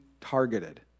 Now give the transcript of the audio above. targeted